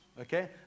okay